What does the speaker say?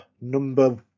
number